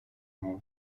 мова